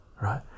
right